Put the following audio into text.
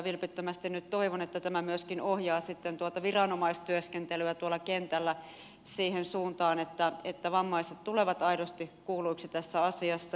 vilpittömästi nyt toivon että tämä myöskin ohjaa viranomaistyöskentelyä tuolla kentällä siihen suuntaan että vammaiset tulevat aidosti kuulluiksi tässä asiassa